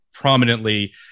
Prominently